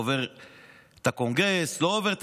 הוא עובר את הקונגרס, לא עובר,